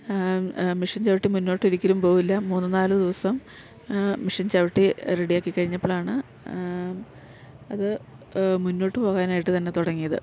mission ചവിട്ടി മുന്നോട്ടൊരിക്കലും പോവില്ല മൂന്ന് നാല് ദിവസം മിഷൻ ചവിട്ടി റെഡിയാക്കി കഴിഞ്ഞപ്പളാണ് അത് മുന്നോട്ട് പോകാനായിട്ട് തന്നെ തുടങ്ങിയത്